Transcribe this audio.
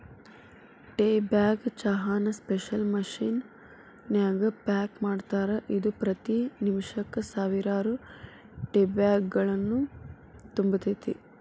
tea bag ಚಹಾನ special machine ನ್ಯಾಗ pack ಮಾಡ್ತಾರ, ಇದು ಪ್ರತಿ ನಿಮಿಷಕ್ಕ ಸಾವಿರಾರು ಟೇಬ್ಯಾಗ್ಗಳನ್ನು ತುಂಬತೇತಿ